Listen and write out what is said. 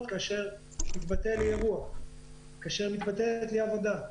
כאשר התבטל לי אירוע או כשמתבטלת לי עבודה.